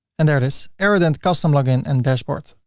and there it is erident custom login and dashboard. so